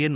N